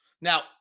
Now